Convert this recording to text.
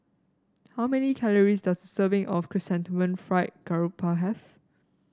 how many calories does a serving of Chrysanthemum Fried Garoupa have